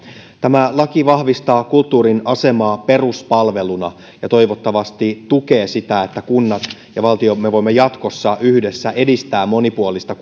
tämä laki vahvistaa kulttuurin asemaa peruspalveluna ja toivottavasti tukee sitä että kunnat ja valtio eli me voimme jatkossa yhdessä edistää monipuolista